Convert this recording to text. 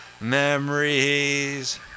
Memories